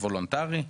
וולונטרי?